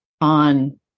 on